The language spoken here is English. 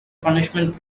punishment